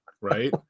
right